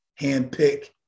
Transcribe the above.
handpick